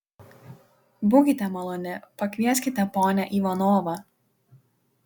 būkite maloni pakvieskite ponią ivanovą